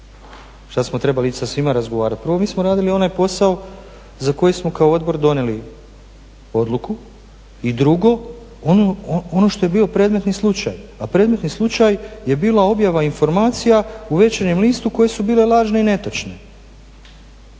šta smo trebali ići sa svima razgovarat. Prvo, mi smo radili onaj posao za koji smo kao odbor donijeli odluku i drugo, ono što je bio predmetni slučaj, a predmetni slučaj je bila objava informacija u Večernjem listu koje su bile lažne i netočne